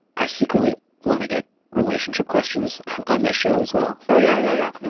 i secretly want to get relationship questions on this show as well oh, yeah, yeah, yeah.